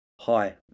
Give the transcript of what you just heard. Hi